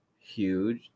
huge